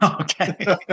Okay